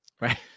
right